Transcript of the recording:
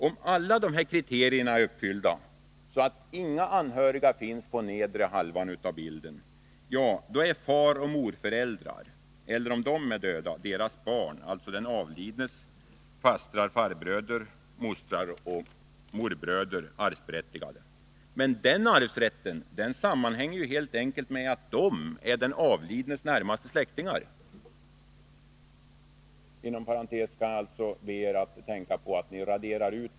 Om alla dessa kriterier är uppfyllda, är faroch morföräldrar, eller om de är döda deras barn — alltså den avlidnes fastrar, farbröder, mostrar och morbröder — arvsberättigade. Men den arvsrätten sammanhänger helt enkelt med att de är den avlidnes närmaste släktingar.